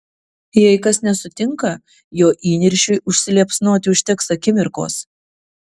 jei kas nesutinka jo įniršiui užsiliepsnoti užteks akimirkos